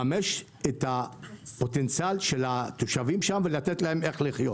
יש עכשיו תוכנית ממשלתית של מיליון ישראלים בהייטק.